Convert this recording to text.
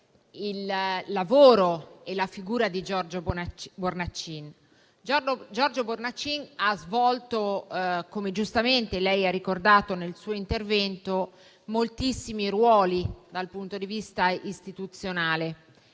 il lavoro e la figura di Giorgio Bornacin. Giorgio Bornacin ha svolto, come giustamente lei ha ricordato nel suo intervento, moltissimi ruoli dal punto di vista istituzionale.